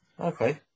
Okay